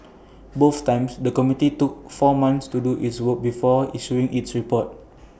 both times the committee took four months to do its work before issuing its report